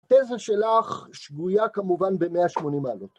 תזה שלך שגויה כמובן ב-180 מעלות.